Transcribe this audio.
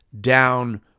down